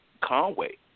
Conway